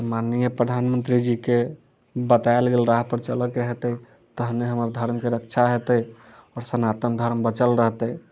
तऽ माननीय प्रधानमन्त्री जी के बताएल गेल राह पर चलए के हेतै तहने हमर धर्म के रक्षा हेतै आओर सनातन धर्म बचल रहतै